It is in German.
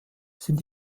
sind